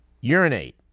urinate